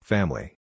Family